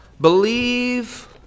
Believe